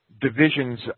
divisions